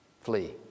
flee